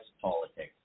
politics